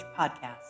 Podcast